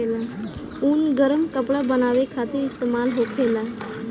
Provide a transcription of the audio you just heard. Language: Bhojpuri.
ऊन गरम कपड़ा बनावे खातिर इस्तेमाल होखेला